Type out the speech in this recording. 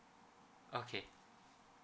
okay